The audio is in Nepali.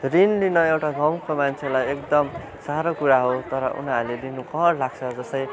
रिन लिन एउटा गाउँको मान्छेलाई एकदम साह्रो कुरा हो तर उनीहरूले लिनु कर लाग्छ जस्तै